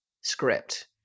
script